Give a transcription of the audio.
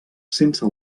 sense